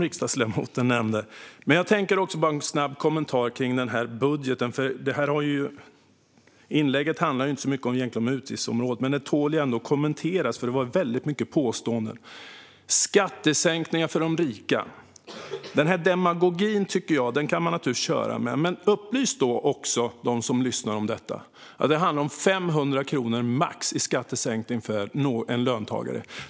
Riksdagsledamoten nämnde så mycket, men låt mig snabbt kommentera budgeten. Inlägget handlade inte så mycket om utgiftsområdet, men det tål ändå att kommenteras eftersom det var så många påståenden. Demagogin om skattesänkningar för de rika kan man givetvis köra med, men upplys då också dem som lyssnar om att det handlar om max 500 kronor i skattesänkning för en löntagare.